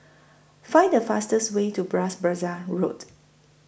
Find The fastest Way to Bras Basah Road